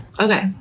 Okay